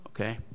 Okay